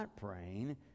praying